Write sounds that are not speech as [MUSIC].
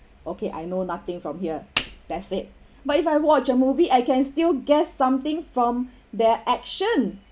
okay I know nothing from here that's it [BREATH] but if I watch a movie I can still guess something from [BREATH] their action